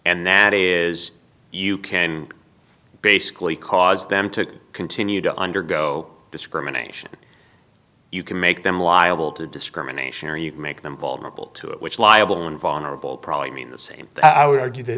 and that is you can basically cause them to continue to undergo discrimination you can make them liable to discrimination or you can make them vulnerable to it which liable vonna rable probably mean the same i would argue th